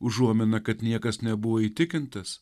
užuomina kad niekas nebuvo įtikintas